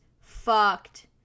fucked